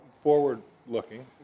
forward-looking